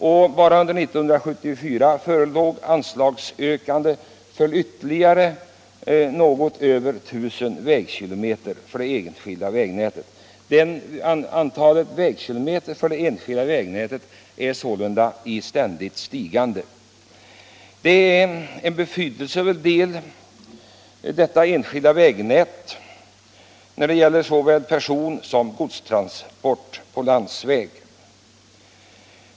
Bara under 1974 förelåg anslagsyrkanden för ytterligare något över 1000 vägkilometer av det enskilda vägnätet. Antalet vägkilometer för det enskilda vägnätet är sålunda i ständigt stigande. Detta vägnät är en betydelsefull del av transportsystemet när det gäller såväl personsom godstrafik på landsväg.